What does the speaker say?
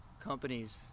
companies